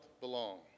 belong